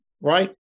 right